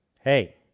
hey